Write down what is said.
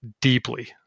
deeply